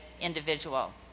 individual